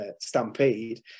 Stampede